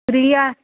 त्रीह् ज्हार